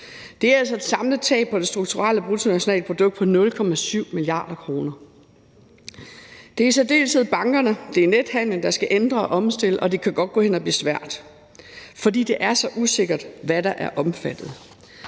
Det er altså et samlet tab på det strukturelle bruttonationalprodukt på 0,7 mia. kr. Det er i særdeleshed bankerne og nethandelen, der skal ændre og omstille, og det kan godt gå hen at blive svært, fordi det er så usikkert, hvad der er omfattet.